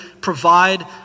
provide